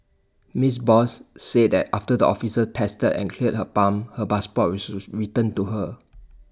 miss Bose said that after the officers tested and cleared her pump her passport was returned to her